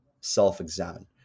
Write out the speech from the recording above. self-examine